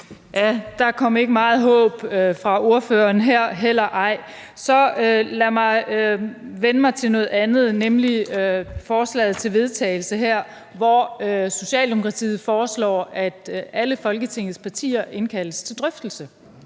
(V): Der kom ikke meget håb fra ordføreren her heller. Så lad mig vende mig mod noget andet, nemlig forslaget til vedtagelse her, hvor Socialdemokratiet foreslår, at alle Folketingets partier indkaldes til drøftelse.